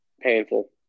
painful